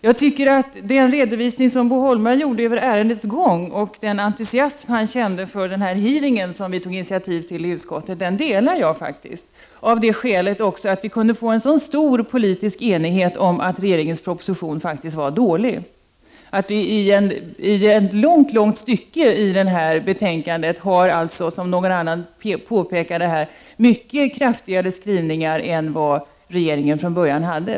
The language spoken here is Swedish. Jag anser att den redovisning som Bo Holmberg gjorde av ärendets gång var riktig, och den entusiasm som han kände för den hearing som vi i utskottet tog initiativ till delar jag — också av det skälet att vi kunde få till stånd så stor politisk enighet om att regeringens proposition var dålig. I ett långt stycke i betänkandet har vi, som någon här redan har påpekat, mycket krafti 93 gare skrivningar än regeringen från början hade.